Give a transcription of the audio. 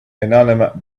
inanimate